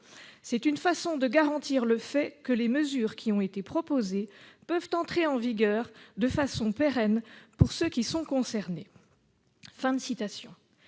C'est une façon de garantir le fait que les mesures qui ont été proposées peuvent entrer en vigueur de façon pérenne pour ceux qui sont concernés. »